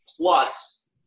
plus